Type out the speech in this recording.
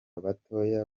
batoya